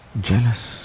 jealous